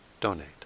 donate